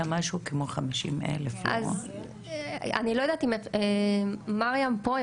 היה משהו כמו 50,000. אני לא יודעת אם מרים פה,